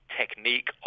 technique